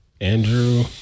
Andrew